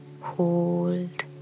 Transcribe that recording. hold